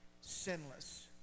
sinless